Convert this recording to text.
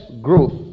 growth